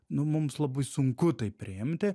nu mums labai sunku tai priimti